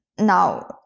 now